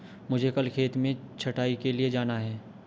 मुझे कल खेत में छटाई के लिए जाना है